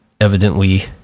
evidently